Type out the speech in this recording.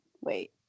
Wait